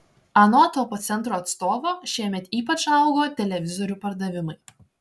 anot topo centro atstovo šiemet ypač augo televizorių pardavimai